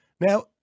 Now